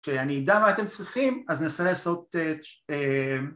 אוקיי, כשאני יידע מה אתם צריכים, אז ננסה לעשות...